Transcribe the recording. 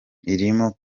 irimo